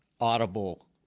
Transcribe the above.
audible